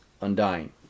undying